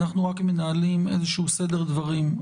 אנחנו רק מנהלים איזשהו סדר דברים.